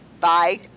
Bye